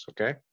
okay